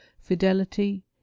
fidelity